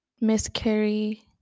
miscarry